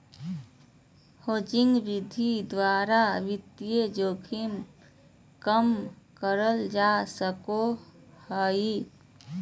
hedging विधि द्वारा वित्तीय जोखिम कम करल जा सको हय